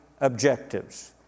objectives